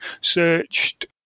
searched